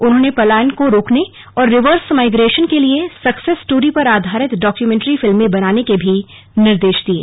उन्होंने पलायन को रोकने और रिवर्स माईग्रेशन के लिए सक्सेस स्टोरी पर आधारित डॉक्यूमेंट्री फिल्में बनान के भी निर्देश दिये